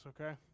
okay